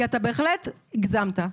כי אתה בהחלט הגזמתי.